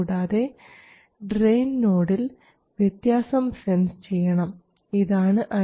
കൂടാതെ ഡ്രയിൻ നോഡിൽ വ്യത്യാസം സെൻസ് ചെയ്യണം ഇതാണ് ID ഇതാണ് Io